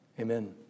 Amen